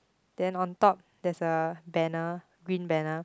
then on top there's a banner green banner